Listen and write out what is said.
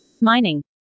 mining